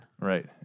Right